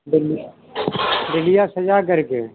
डलिया डलिया सजा करके